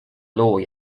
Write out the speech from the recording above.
loo